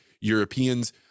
Europeans